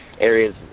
areas